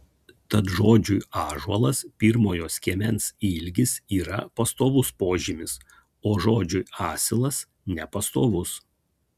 tad žodžiui ąžuolas pirmojo skiemens ilgis yra pastovus požymis o žodžiui asilas nepastovus